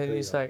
可以啦